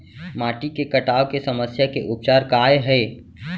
माटी के कटाव के समस्या के उपचार काय हे?